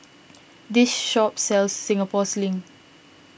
this shop sells Singapore Sling